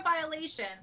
violation